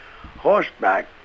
horseback